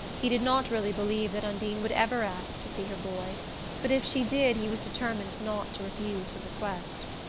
he did not really believe that undine would ever ask to see her boy but if she did he was determined not to refuse her request.